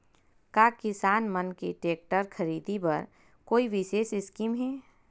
का किसान मन के टेक्टर ख़रीदे बर कोई विशेष स्कीम हे?